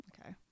Okay